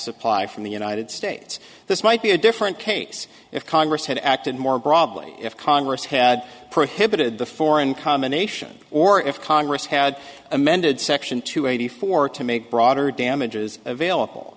supply from the united states this might be a different case if congress had acted more broadly if congress had prohibited the foreign combination or if congress had amended section two eighty four to make broader damages available